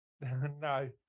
No